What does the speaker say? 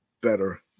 better